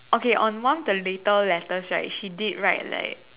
okay on one of the later letters right she did write like